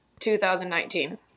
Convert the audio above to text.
2019